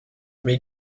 mais